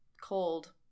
cold